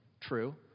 True